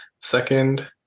Second